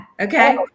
okay